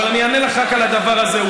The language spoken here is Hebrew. אבל אני אענה לך רק על הדבר הזה.